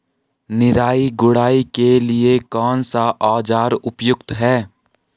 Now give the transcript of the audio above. निराई गुड़ाई के लिए कौन सा औज़ार उपयुक्त है?